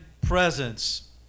presence